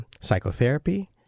psychotherapy